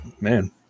Man